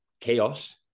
chaos